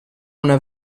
una